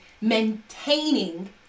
maintaining